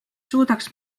suudaks